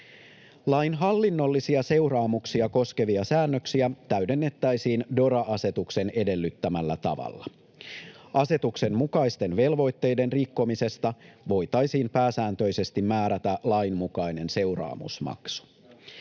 Lain hallinnollisia seuraamuksia koskevia säännöksiä täydennettäisiin DORA-asetuksen edellyttämällä tavalla. Asetuksen mukaisten velvoitteiden rikkomisesta voitaisiin pääsääntöisesti määrätä lain mukainen seuraamusmaksu.